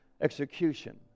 execution